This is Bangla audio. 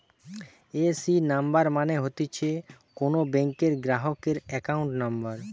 এ.সি নাম্বার মানে হতিছে কোন ব্যাংকের গ্রাহকের একাউন্ট নম্বর